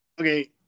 okay